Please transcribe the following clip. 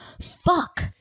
fuck